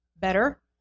better